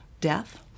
death